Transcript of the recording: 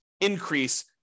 increase